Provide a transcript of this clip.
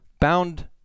bound